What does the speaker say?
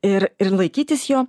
ir ir laikytis jo